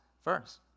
first